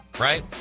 right